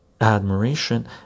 admiration